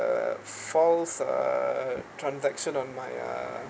a false uh transaction on my uh